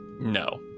No